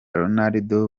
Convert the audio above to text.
ronaldo